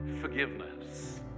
forgiveness